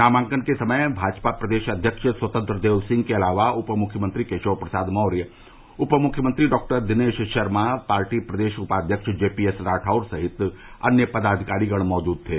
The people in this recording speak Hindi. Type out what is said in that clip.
नामांकन के समय भाजपा प्रदेश अध्यक्ष स्वतंत्र देव सिंह के अलावा उप मुख्यमंत्री केशव प्रसाद मौर्य उप मुख्यमंत्री डॉक्टर दिनेश शर्मा पार्टी प्रदेश उपाध्यक्ष जेपीएस राठौर सहित अन्य पदाधिकारीगण मौजूद थे